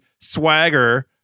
swagger